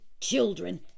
children